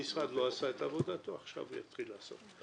המשרד לא עשה את עבודתו, עכשיו הוא יתחיל לעשות.